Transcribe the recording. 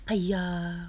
!aiya!